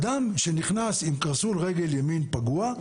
אדם שנכנס עם קרסול רגל ימין פגוע,